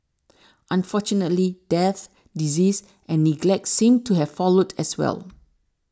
unfortunately death disease and neglect seemed to have followed as well